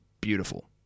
Beautiful